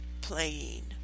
playing